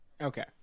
Okay